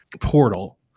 portal